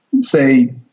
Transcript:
say